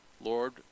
Lord